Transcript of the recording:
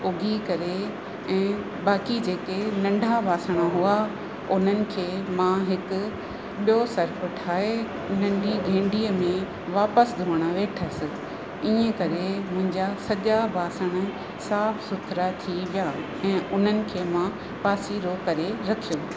उॻी करे ऐं बाक़ी जेके नंढा ॿासण हुआ उन्हनि खे मां हिकु ॿियो सर्फ़ ठाहे नंढी गेंडीअ में वापसि धुअण वेठसि ईअं करे मुंहिंजा सॼा ॿासण साफ़ु सुथिरा थी विया ऐं उन्हनि खे मां पासीरो करे रखियमि